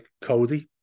Cody